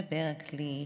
בברקלי,